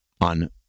on